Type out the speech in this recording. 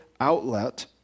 outlet